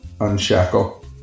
unshackle